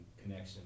connection